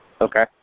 Okay